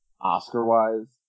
Oscar-wise